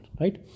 right